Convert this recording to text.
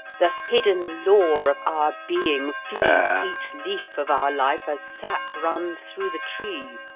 the hidden law of our being feeds each leaf of our life as sap runs through the tree.